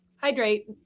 hydrate